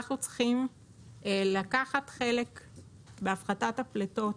אנחנו צריכים לקחת חלק בהפחתת הפליטות,